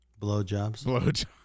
Blowjobs